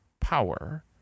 power